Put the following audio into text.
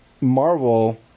Marvel